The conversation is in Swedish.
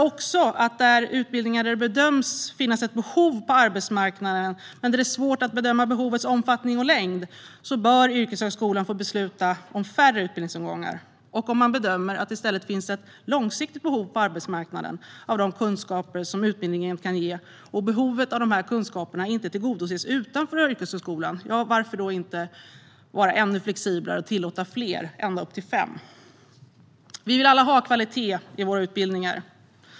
När det gäller utbildningar som det bedöms finnas ett behov av på arbetsmarknaden, men där det är svårt att bedöma behovets omfattning och längd, bör dock yrkeshögskolan få besluta om färre utbildningsomgångar. Om man å andra sidan bedömer att det finns ett långsiktigt behov på arbetsmarknaden av de kunskaper som utbildningen kan ge, och om behovet av dessa kunskaper inte tillgodoses utanför yrkeshögskolan, kan man vara ännu mer flexibel och tillåta fler - ända upp till fem - utbildningsomgångar. Vi vill alla ha kvalitet i utbildningen.